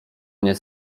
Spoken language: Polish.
mnie